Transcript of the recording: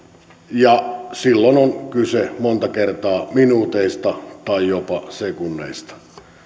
ja silloin on kyse monta kertaa minuuteista tai jopa sekunneista